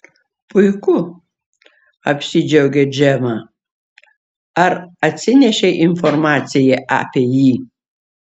puiku apsidžiaugė džemą ar atsinešei informaciją apie jį